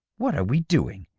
what are we doing?